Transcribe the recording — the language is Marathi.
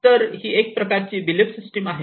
तर ही एक प्रकारची बिलिफ सिस्टम आहे